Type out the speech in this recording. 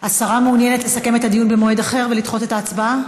השרה מעוניינת לסכם את הדיון במועד אחר ולדחות את ההצבעה?